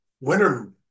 winter